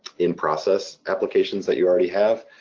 in process applications that you already have,